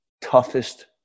toughest